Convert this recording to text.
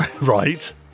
right